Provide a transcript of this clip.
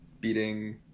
Beating